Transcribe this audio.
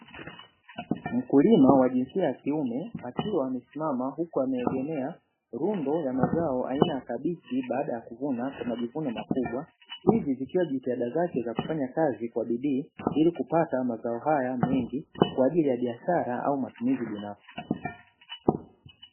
Mkulima wa jinsia ya kiume akiwa amesimama huku ameegemea lundo ya mazao aina ya kabichi baada ya kuvuna kwa majivuno makubwa, hizi zikiwa jitihada zake kufanya kazi kwa bidii ili kupata mazao haya mengi; kwa ajili ya biashara au matumizi binafsi.